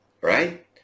right